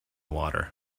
water